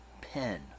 pen